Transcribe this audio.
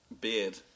beard